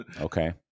Okay